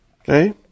Okay